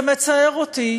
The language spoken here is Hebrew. זה מצער אותי